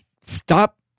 Stop